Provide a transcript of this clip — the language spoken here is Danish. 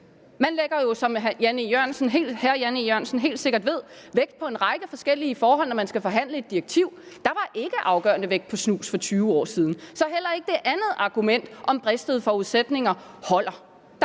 Man lægger jo, som hr. Jan E. Jørgensen helt sikkert ved, vægt på en række forskellige forhold, når man skal forhandle et direktiv. Der var ikke afgørende vægt på snus for 20 år siden. Så heller ikke det andet argument om bristede forudsætninger holder.